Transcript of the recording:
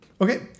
okay